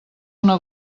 una